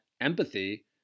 empathy